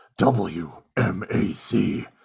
WMAC